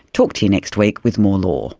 talk to you next week with more law